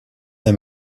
d’un